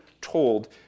told